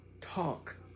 Talk